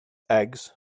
eggs